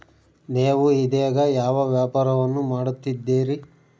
ನೇವು ಇದೇಗ ಯಾವ ವ್ಯಾಪಾರವನ್ನು ಮಾಡುತ್ತಿದ್ದೇರಿ?